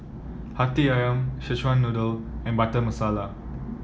hati ayam Szechuan Noodle and Butter Masala